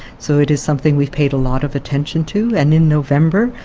so it is something we've paid a lot of attention to. and in november,